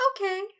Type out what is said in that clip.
Okay